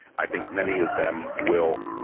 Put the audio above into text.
i think many of them will,